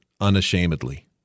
unashamedly